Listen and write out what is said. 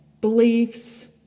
beliefs